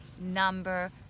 number